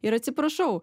ir atsiprašau